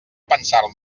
pensar